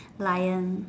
lion